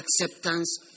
acceptance